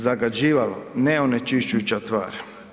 Zagađivalo, neonečišćujuća tvar.